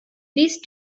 these